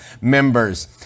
members